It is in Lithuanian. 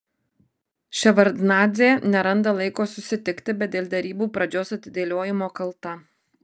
ševardnadzė neranda laiko susitikti bet dėl derybų pradžios atidėliojimo kalta